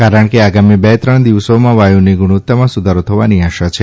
કારણ કે આગામી બે ત્રણ દિવસોમાં વાયુની ગુણવત્તામાં સુધારો થવાની આશા છે